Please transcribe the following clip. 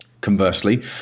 Conversely